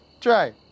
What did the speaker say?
Try